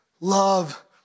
love